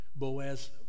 Boaz